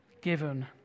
given